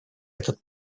этот